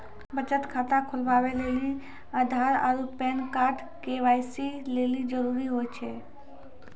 बचत खाता खोलबाबै लेली आधार आरू पैन कार्ड के.वाइ.सी लेली जरूरी होय छै